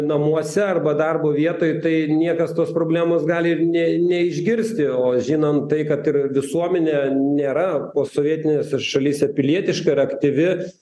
namuose arba darbo vietoj tai niekas tos problemos gali ir ne neišgirsti o žinant tai kad ir visuomenė nėra posovietinėse šalyse pilietiška ir aktyvi